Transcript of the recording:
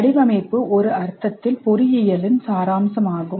வடிவமைப்பு ஒரு அர்த்தத்தில் பொறியியலின் சாராம்சமாகும்